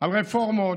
על רפורמות,